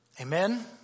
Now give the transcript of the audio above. Amen